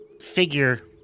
figure